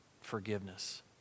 forgiveness